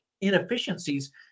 inefficiencies